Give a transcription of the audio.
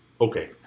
Okay